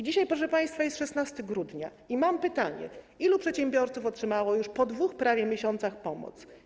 Dzisiaj, proszę państwa, jest 16 grudnia i mam pytanie: Ilu przedsiębiorców otrzymało już, po prawie 2 miesiącach, pomoc?